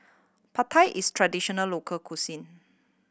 Pad Thai is traditional local cuisine